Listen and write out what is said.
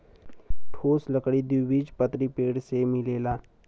ठोस लकड़ी द्विबीजपत्री पेड़ से मिलेला